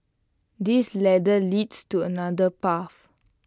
this ladder leads to another path